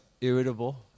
irritable